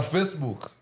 Facebook